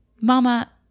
Mama